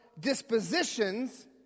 dispositions